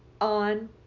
on